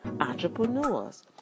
entrepreneurs